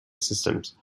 systems